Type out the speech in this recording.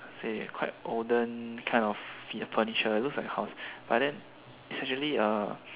say quite olden kind of furniture it look like but then actually ah